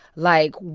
like,